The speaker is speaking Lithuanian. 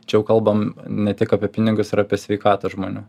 čia jau kalbam ne tik apie pinigus ir apie sveikatą žmonių